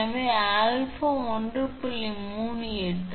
அதேபோல 𝑟2 என்பது 𝛼𝑟1 𝛼 சமமாக 1